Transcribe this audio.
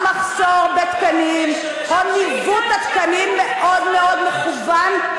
המחסור בתקנים או ניווט התקנים מאוד מאוד מכוון,